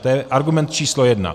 To je argument číslo jedna.